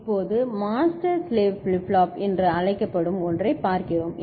இப்போது master slave flip flop என்று அழைக்கப்படும் ஒன்றைப் பார்க்கிறோம் சரி